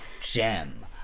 Gem